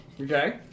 Okay